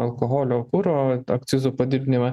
alkoholio kuro akcizų padidinimą